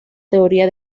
teoría